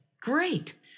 Great